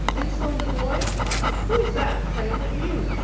insolent boy who's that, pray, but you?